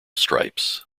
stripes